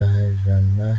bagirana